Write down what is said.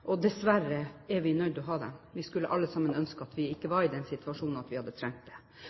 vært. Dessverre er vi nødt til å ha dem. Vi skulle alle sammen ønske at vi ikke var i den situasjonen at vi hadde trengt dem. Det